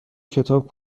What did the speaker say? کتاب